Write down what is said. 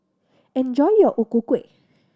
enjoy your O Ku Kueh